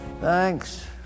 Thanks